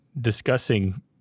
discussing